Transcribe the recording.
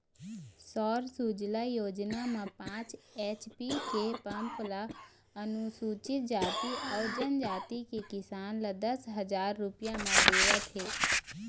सौर सूजला योजना म पाँच एच.पी के पंप ल अनुसूचित जाति अउ जनजाति के किसान ल दस हजार रूपिया म देवत हे